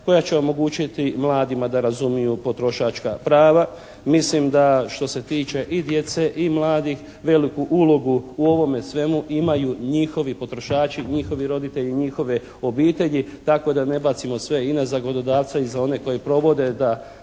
koja će omogućiti mladima da razumiju potrošačka prava. Mislim da što se tiče i djece i mladih veliku ulogu u ovome svemu imaju njihovi potrošači, njihovi roditelji, njihove obitelji, itd. Tako da ne bacimo sve i na zakonodavce i za one koji provode da